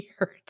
weird